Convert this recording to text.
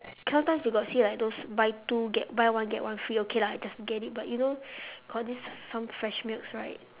sometimes you got see like those buy two get buy one get one free okay lah just get it but you know got this some fresh milk right